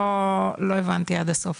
לא הבנתי עד הסוף,